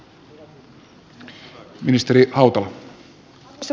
arvoisa puhemies